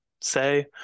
say